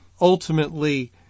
ultimately